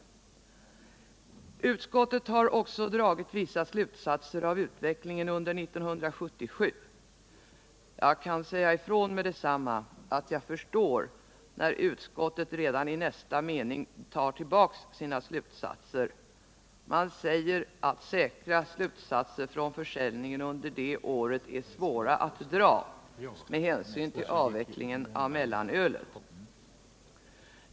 Utskottet har också dragit vissa slutsatser av utvecklingen under 1977. Jag Alkoholpolitiska frågor Alkoholpolitiska frågor kan med detsamma säga ifrån att jug förstår när utskottet redan i nästa mening tar tillbaka sina slutsatser. Man säger att säkra slutsatser från försäljningen under det året är svåra att dra med hänsyn till avvecklingen av mellanölet.